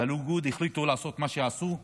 ובליכוד החליטו לעשות מה שעשו.